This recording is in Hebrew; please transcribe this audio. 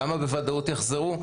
למה בוודאות יחזרו?